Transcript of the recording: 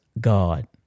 God